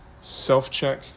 self-check